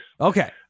Okay